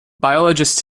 biologists